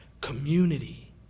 community